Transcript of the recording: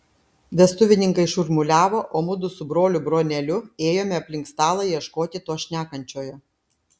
vestuvininkai šurmuliavo o mudu su broliu broneliu ėjome aplink stalą ieškoti to šnekančiojo